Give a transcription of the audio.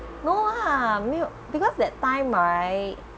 no lah mu~ because that time right